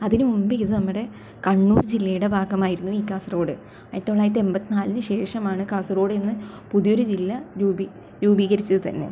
അതിനു മുമ്പ് ഇത് നമ്മുടെ കണ്ണൂർ ജില്ലയുടെ ഭാഗമായിരുന്നു ഈ കാസർഗോട് ആയിരത്തി തൊള്ളായിരത്തി എൺപത്തി നാലിന് ശേഷമാണ് കാസർഗോടെന്ന പുതിയൊരു ജില്ല രൂപീ രൂപീകരിച്ചത് തന്നെ